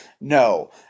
No